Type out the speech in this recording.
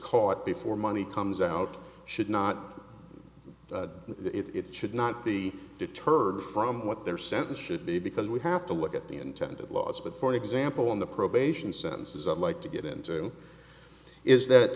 caught before money comes out should not it should not be deterred from what their sentence should be because we have to look at the intended laws but for example on the probation sentences i'd like to get into is that